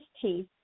teeth